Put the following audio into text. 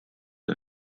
der